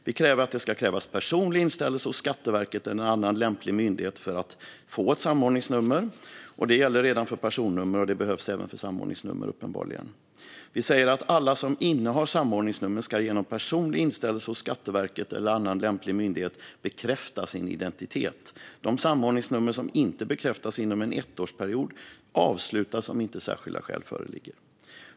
Vi kräver att det ska krävas personlig inställelse hos Skatteverket eller annan lämplig myndighet för att få ett samordningsnummer. Detta gäller redan för personnummer, och det behövs uppenbarligen även för samordningsnummer. Vi säger att alla som innehar samordningsnummer genom personlig inställelse hos Skatteverket eller annan lämplig myndighet ska bekräfta sin identitet. De samordningsnummer som inte bekräftas inom en ettårsperiod avslutas, om inte särskilda skäl föreligger.